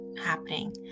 happening